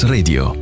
Radio